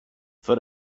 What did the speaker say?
für